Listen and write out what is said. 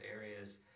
areas